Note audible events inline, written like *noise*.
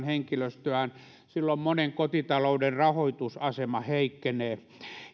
*unintelligible* henkilöstöään silloin monen kotitalouden rahoitusasema heikkenee